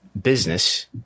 business